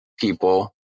people